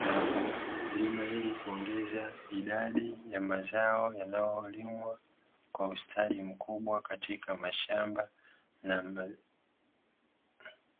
na kulima ili kuongeza idadiya mazao yanayolimwa kwa ustadi mkubwa katika mashamba.